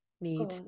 need